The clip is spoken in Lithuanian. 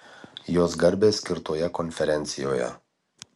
jos garbei skirtoje konferencijoje